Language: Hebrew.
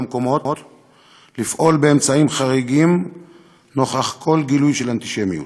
המקומות לפעול באמצעים חריגים נוכח כל גילוי של אנטישמיות.